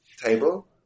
table